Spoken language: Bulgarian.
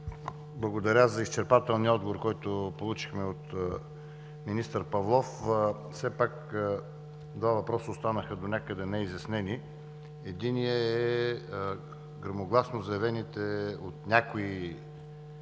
Благодаря за изчерпателния отговор, който получихме от министър Павлов. Все пак два въпроса останаха донякъде неизяснени. Единият е гръмогласно заявените от някои